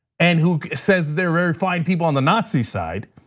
and who says there are very fine people on the nazi side.